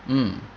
mm